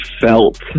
felt